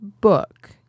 book